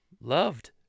loved